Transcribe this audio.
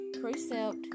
precept